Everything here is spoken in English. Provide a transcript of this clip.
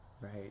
Right